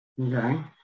Okay